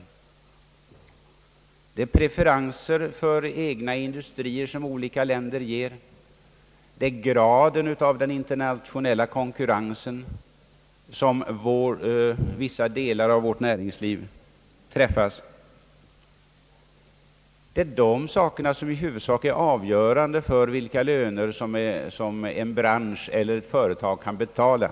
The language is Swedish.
Olika länder ger preferenser för egna iudustrier, och vissa delar av vårt näringsliv träffas i olika grad av den internationella konkurrensen. Det är sådana saker som i huvudsak är avgörande för vilka löner en bransch eller ett företag kan betala.